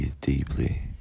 deeply